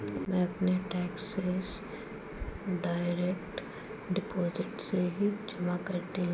मैं अपने taxes direct deposit से ही जमा करती हूँ